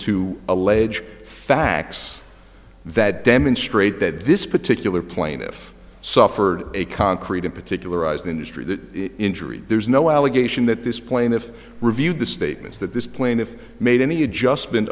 to alleged facts that demonstrate that this particular plaintiff suffered a concrete in particular as an industry that injury there's no allegation that this plaintiff reviewed the statements that this plaintiff made any adjustment